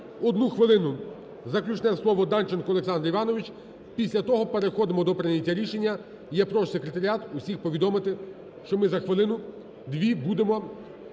Одну хвилину, заключне слово – Данченко Олександр Іванович. Після того переходимо до прийняття рішення і я прошу секретаріат усіх повідомити, що ми за хвилину-дві будемо